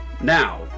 Now